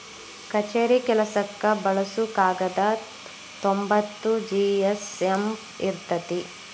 ಕಛೇರಿ ಕೆಲಸಕ್ಕ ಬಳಸು ಕಾಗದಾ ತೊಂಬತ್ತ ಜಿ.ಎಸ್.ಎಮ್ ಇರತತಿ